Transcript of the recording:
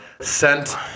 sent